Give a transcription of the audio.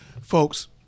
Folks